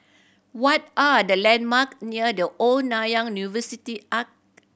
what are the landmark near The Old Nanyang University Arch